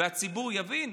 והציבור יבין,